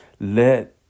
let